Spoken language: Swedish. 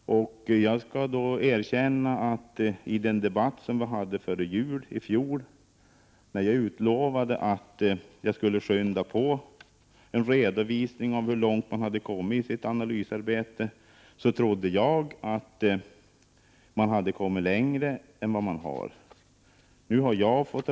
När jag i den debatt som vi hade före jul i fjol utlovade att jag skulle skynda på en redovisning av hur långt man hade kommit i sitt analysarbete, trodde jag att man hade kommit längre än man har — det skall jag erkänna.